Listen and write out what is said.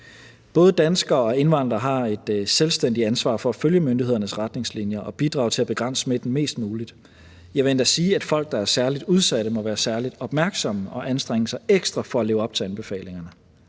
Både danskere og indvandrere har et selvstændigt ansvar for at følge myndighedernes retningslinjer og bidrage til at begrænse smitten mest muligt. Jeg vil endda sige, at folk, der er særlig udsatte, må være særlig opmærksomme og anstrenge sig ekstra for at leve op til anbefalingerne.